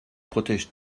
protège